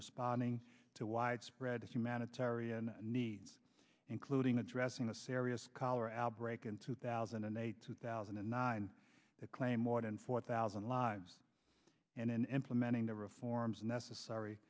responding to widespread humanitarian needs including addressing a serious scholar al break in two thousand and eight two thousand and nine that claimed more than four thousand lives and in implementing the reforms necessary